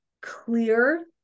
clear